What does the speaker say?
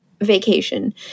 vacation